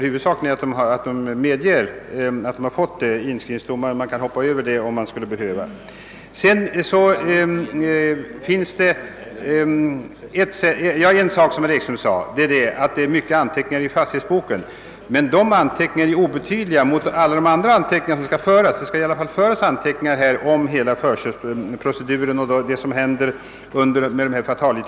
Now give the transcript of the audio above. Inskrivningsdomaren skulle alltså kunna hoppa över detta moment, om han underrättas härom. Herr Ekström sade att det blir mycket extra anteckningar i fastighetsboken. Dessa är emellertid obetydliga, i jämförelse med alla de andra anteckningar som skall införas. Det skall ju föras anteckningar om förköpsproceduren i andra avseenden.